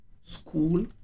school